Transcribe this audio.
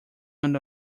one